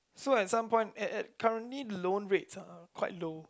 so and some point and and currently loan rates are quite low